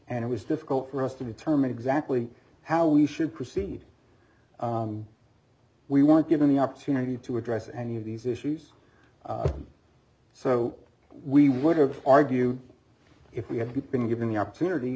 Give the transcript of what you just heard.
and it was difficult for us to determine exactly how we should proceed we weren't given the opportunity to address any of these issues so we would have argue if we had been given the opportunity